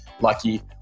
lucky